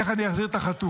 איך אני אחזיר את החטופים,